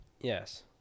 Yes